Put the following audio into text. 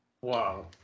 Wow